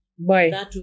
Bye